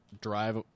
drive